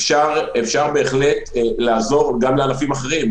אפשר בהחלט לעזור גם לענפים אחרים,